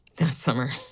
that summer!